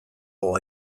hau